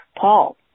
Paul